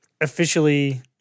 officially